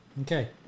Okay